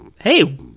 hey